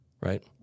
right